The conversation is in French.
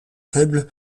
faible